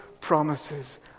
promises